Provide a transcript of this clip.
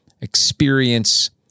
experience